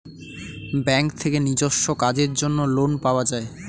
bank থেকে নিজস্ব কাজের জন্য লোন পাওয়া যায়